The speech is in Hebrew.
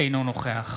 אינו נוכח